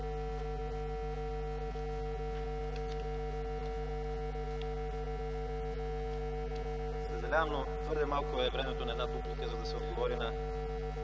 Съжалявам, но твърде малко е времето на една дуплика, за да се отговори на